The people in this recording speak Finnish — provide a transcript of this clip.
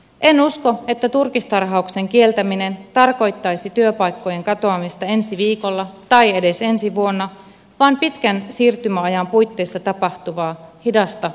en usko että turkistarhauksen kieltäminen tarkoittaisi työpaikkojen katoamista ensi viikolla tai edes ensi vuonna vaan pitkän siirtymäajan puitteissa tapahtuvaa hidasta hiipumista